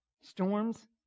Storms